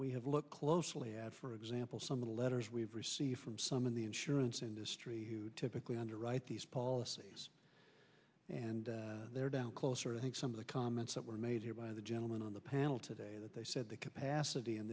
we have looked closely at for example some of the letters we've received from some in the insurance industry who typically underwrite these policies and they're down closer to think some of the comments that were made here by the gentleman on the panel today that they said the capacity in